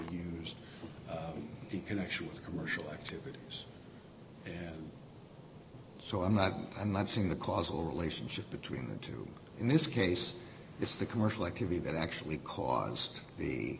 in connection with commercial activities and so i'm not i'm not seeing the causal relationship between the two in this case it's the commercial activity that actually caused